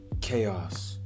Chaos